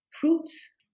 fruits